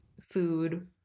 food